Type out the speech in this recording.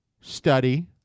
study